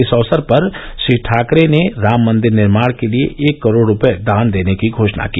इस अवसर पर श्री ठाकरे ने राम मंदिर निर्माण के लिये एक करोड़ रूपये दान देने की घोषणा की